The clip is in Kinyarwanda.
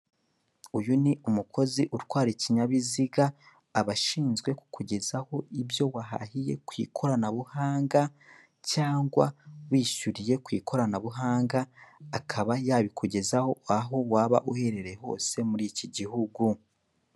Uyu ni Umukozi utwara ikinyabiziga aba ashinzwe kukugezaho ibyo wahahiye ku ikoranabuhanga cyangwa wishyuriye ku ikoranabuhanga akaba yabikugezaho aho waba uherereye hose mu gihugu.